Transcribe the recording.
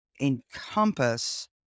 encompass